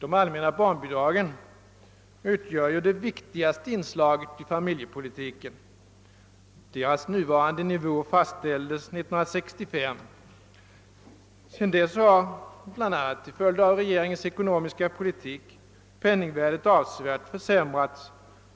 De allmänna barnbidragen utgör det viktigaste inslaget i familjepolitiken. Deras nuvarande nivå fastställdes 1965. Sedan dess har — bl.a. till följd av regeringens ekonomiska politik — penningvärdet avsevärt försämrats.